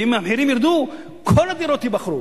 ואם המחירים ירדו, כל הדירות יימכרו.